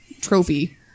trophy